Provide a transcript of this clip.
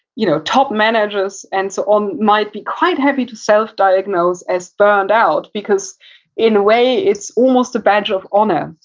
you know top managers, and so um might be quite happy to self diagnose as burned out because in a way, it's almost a badge of honor.